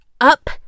up